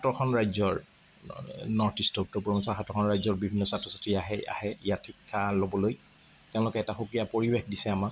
সাতোখন ৰাজ্যৰ নৰ্থ ইষ্টৰ উত্তৰ পূৰ্বাঞ্চলৰ সাতোখন ৰাজ্যৰ বিভিন্ন ছাত্ৰ ছাত্ৰী আহে আহে ইয়াত শিক্ষা ল'বলৈ তেওঁলোকে এটা সুকীয়া পৰিৱেশ দিছে আমাক